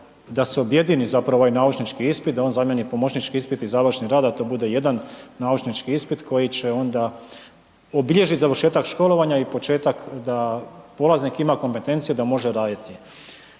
da se objedini zapravo ovaj naučnički ispit, da on zamijeni pomoćnički ispit i završni rad, da to bude jedan naučnički ispit koji će onda obilježit završetak školovanja i početak da polaznik ima kompetencije da može raditi.